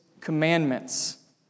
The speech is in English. commandments